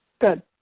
Good